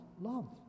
love